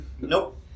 nope